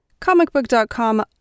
Comicbook.com